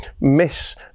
miss